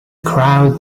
crowd